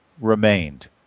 remained